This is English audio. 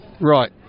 Right